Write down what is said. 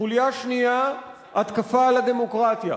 חוליה שנייה, התקפה על הדמוקרטיה,